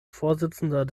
vorsitzender